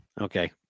Okay